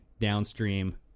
downstream